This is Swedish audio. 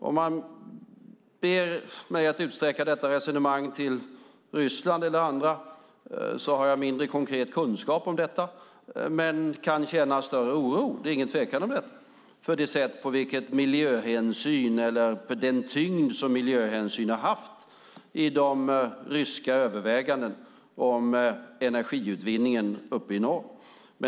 Om man ber mig utsträcka detta resonemang till Ryssland eller andra har jag mindre konkret kunskap men kan känna större oro, ingen tvekan om det, för det sätt på vilket miljöhänsyn hanteras, eller den tyngd som miljöhänsyn har haft i de ryska övervägandena vad gäller energiutvinningen uppe i norr.